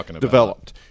developed